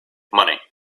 money